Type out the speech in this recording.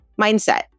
mindset